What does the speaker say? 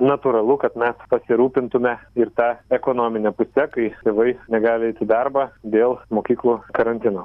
natūralu kad mes pasirūpintume ir ta ekonomine puse kai tėvai negali eit į darbą dėl mokyklų karantino